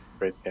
Great